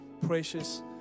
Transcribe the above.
precious